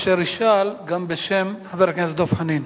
אשר ישאל גם בשם חבר הכנסת דב חנין.